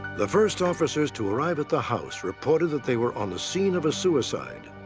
the first officers to arrive at the house reported that they were on the scene of a suicide.